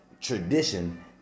tradition